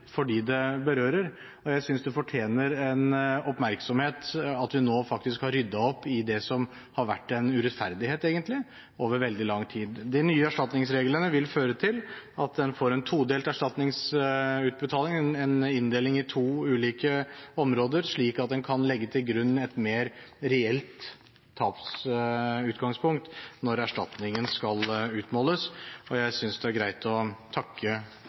det berører, og jeg synes det fortjener en oppmerksomhet at vi nå faktisk har ryddet opp i det som har vært en urettferdighet egentlig, over veldig lang tid. De nye erstatningsreglene vil føre til at en får en todelt erstatningsutbetaling, en inndeling i to ulike områder, slik at en kan legge til grunn et mer reelt tapsutgangspunkt når erstatningen skal utmåles. Jeg synes det er greit å takke